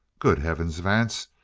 good heavens, vance,